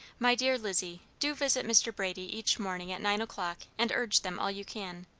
my dear lizzie, do visit mr. brady each morning at nine o'clock, and urge them all you can.